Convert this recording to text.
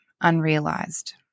unrealized